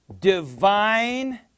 divine